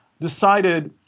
decided